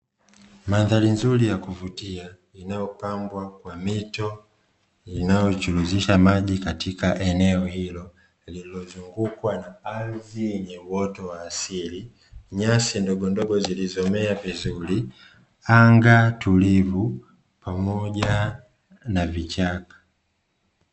Mandhari nzuri ya kuvutia inayopambwa kwa mito inayochuruzisha maji katika eneo hilo lililozungukwa na ardhi yenye uoto wa asili, nyasi ndogondogo zilizomea vizuri, anga tulivu pamoja na vichaka.